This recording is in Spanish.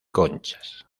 conchas